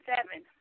Seven